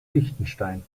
liechtenstein